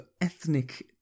ethnic